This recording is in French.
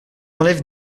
enlève